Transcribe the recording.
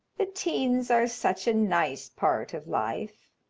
the teens are such a nice part of life.